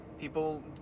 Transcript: people